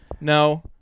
No